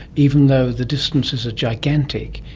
even though the distances are gigantic,